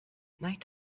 night